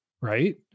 Right